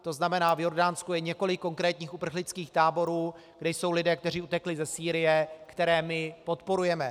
To znamená, v Jordánsku je několik konkrétních uprchlických táborů, kde jsou lidé, kteří utekli ze Sýrie, které my podporujeme.